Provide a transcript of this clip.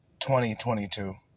2022